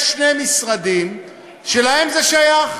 יש שני משרדים שלהם זה שייך: